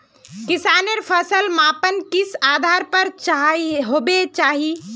किसानेर फसल मापन किस आधार पर होबे चही?